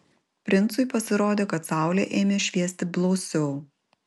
princui pasirodė kad saulė ėmė šviesti blausiau